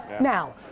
Now